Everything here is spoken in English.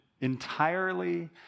entirely